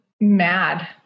mad